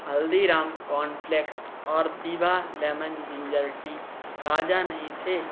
Haldiram corn flakes और दिभा lemon ginger tea ताज़ा नहीं थे